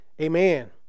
Amen